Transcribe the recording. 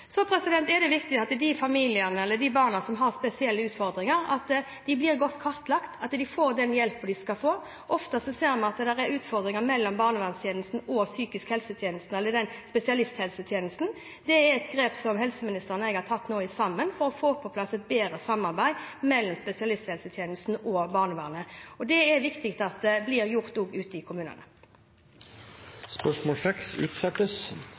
Så er det viktig at de familiene eller de barna som har spesielle utfordringer, blir godt kartlagt, at de får den hjelpen de skal få. Ofte ser vi at det er utfordringer mellom barnevernstjenesten og psykisk helsetjeneste eller spesialisthelsetjenesten. Helseministeren og jeg har nå sammen tatt grep for å få på plass et bedre samarbeid mellom spesialisthelsetjenesten og barnevernet. Det er viktig at det blir gjort også ute i